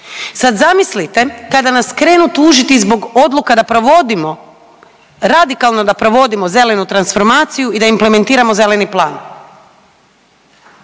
Sada zamislite kada nas krenu tužiti zbog odluka da provodimo, radikalno da provodimo zelenu transformaciju i da implementiramo zeleni plan